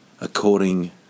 according